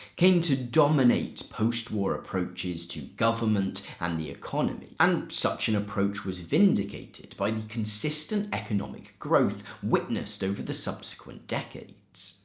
came to dominate post-war approaches to government and the economy. and such an approach was vindicated by the consistent economic growth witnessed over the subsequent decades.